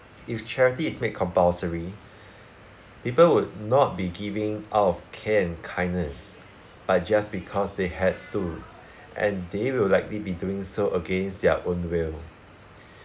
if charity is made compulsory people would not be giving out of care and kindness but just because they had to and they will likely be doing so against their own will